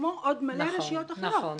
כמו עוד מלא רשויות אחרות.